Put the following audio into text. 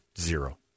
Zero